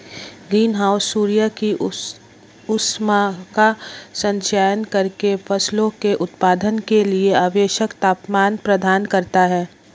green house सूर्य की ऊष्मा का संचयन करके फसलों के उत्पादन के लिए आवश्यक तापमान प्रदान करता है